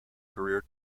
career